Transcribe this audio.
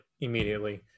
immediately